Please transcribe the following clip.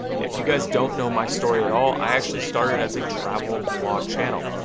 if you guys don't know my story at all, i actually started as a travel vlog channel.